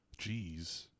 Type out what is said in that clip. Jeez